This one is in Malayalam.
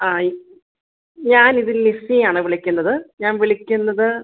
ആ ഈ ഞാനിത് ലിസിയാണ് വിളിക്കുന്നത് ഞാൻ വിളിക്കുന്നത്